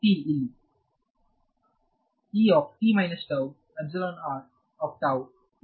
ಅದೇ ಇಲ್ಲಿ